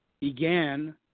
began